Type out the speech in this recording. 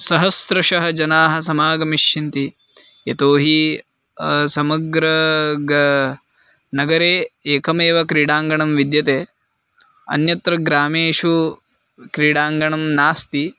सहस्रशः जनाः समागमिष्यन्ति यतो हि समग्रे ग्रामे नगरे एकमेव क्रीडाङ्गणं विद्यते अन्यत्र ग्रामेषु क्रीडाङ्गणं नास्ति